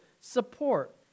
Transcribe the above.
support